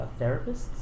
therapists